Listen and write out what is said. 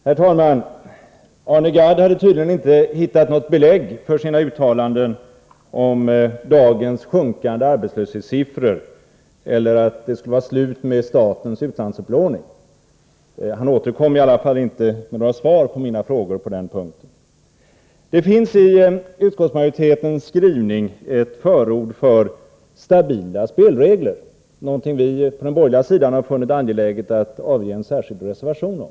Herr talman! Arne Gadd hade tydligen inte funnit något belägg för sina uttalanden om dagens sjunkande arbetslöshetssiffror eller att det skulle vara slut med statens utlandsupplåning. Han återkom i varje fall inte med något svar på mina frågor på dessa punkter. Det finns i utskottsmajoritetens skrivning ett förord för stabila spelregler, något som vi från den borgerliga sidan har funnit det angeläget att avge en särskild reservation om.